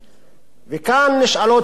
וכאן נשאלות שתי שאלות.